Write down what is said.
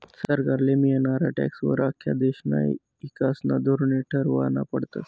सरकारले मियनारा टॅक्सं वर आख्खा देशना ईकासना धोरने ठरावना पडतस